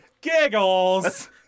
Giggles